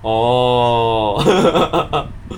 orh